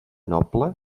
noble